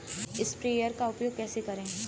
Sprayer का उपयोग कैसे करें?